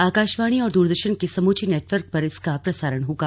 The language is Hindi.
आकाशवाणी और दूरदर्शन के समूचे नेटवर्क पर इसका प्रसारण होगा